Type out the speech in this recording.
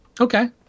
Okay